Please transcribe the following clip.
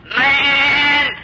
man